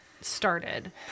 started